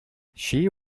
she